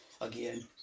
Again